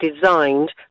designed